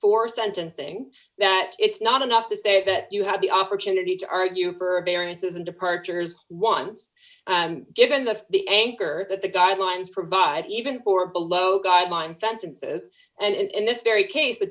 for sentencing that it's not enough to say that you have the opportunity to argue for variances and departures once given that the anchor that the guidelines provide even for below guideline sentences and in this very case the